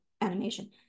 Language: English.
animation